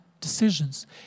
decisions